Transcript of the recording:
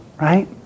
Right